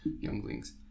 younglings